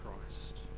christ